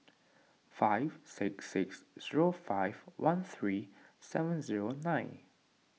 five six six zero five one three seven zero nine